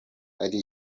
ari